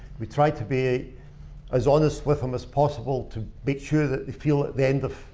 we tried to be as honest with them as possible to make sure that they feel at the end of